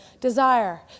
desire